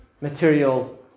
material